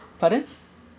pardon